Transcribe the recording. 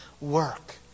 work